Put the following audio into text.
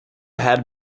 had